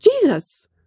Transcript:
Jesus